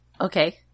Okay